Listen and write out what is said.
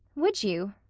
would you?